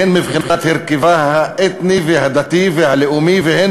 הן מבחינת הרכבה האתני והדתי והלאומי והן